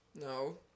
No